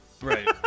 Right